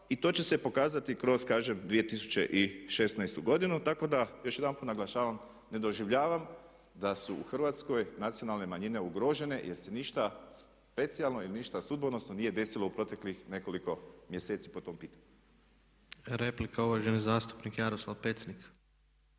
i to će se pokazati kroz kažem 2016. godinu. Tako da još jedanput naglašavam ne doživljavam da su u Hrvatskoj nacionalne manjine ugrožene jer se ništa specijalno i ništa sudbonosno desilo u proteklih nekoliko mjeseci po tom pitanju. **Tepeš, Ivan (HSP AS)** Replika, uvaženi zastupnik Jaroslav Pecnik.